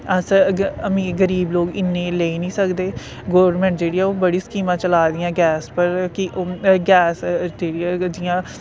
अस गरीब लोग इन्ने लेई नी सकदे गौरमैंट जेह्ड़ी ऐ ओह् बड़ी स्कीमां चला दियां ऐं गैस पर कि गैस जेह्ड़ी ऐ जियां